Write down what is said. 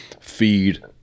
feed